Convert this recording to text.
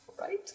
Right